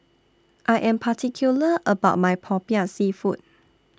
I Am particular about My Popiah Seafood